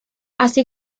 así